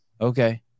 Okay